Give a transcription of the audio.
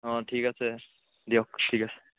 অঁ ঠিক আছে দিয়ক ঠিক আছে